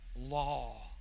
law